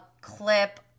clip